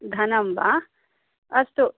धनं वा अस्तु